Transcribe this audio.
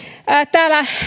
täällä